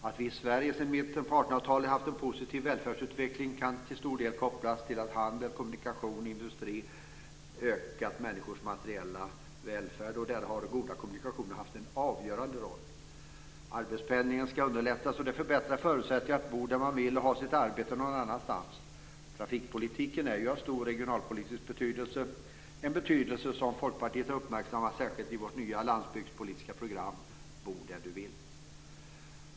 Att vi i Sverige sedan mitten av 1800-talet har haft en positiv välfärdsutveckling kan till stor del kopplas till att handel, kommunikation och industri har ökat människors materiella välfärd. Där har goda kommunikationer haft en avgörande roll. Arbetspendling ska underlättas, och det förbättrar förutsättningarna att bo där man vill och ha sitt arbete någon annanstans. Trafikpolitiken är ju av stor regionalpolitisk betydelse. Det är en betydelse som vi i Folkpartiet har uppmärksammat särskilt i vårt nya landsbygdspolitiska program "Bo där du vill".